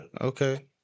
Okay